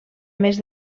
més